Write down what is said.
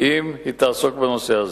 אם היא תעסוק בנושא הזה.